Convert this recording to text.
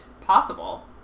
possible